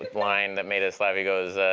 line that made us laugh? he goes,